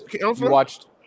watched